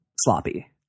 sloppy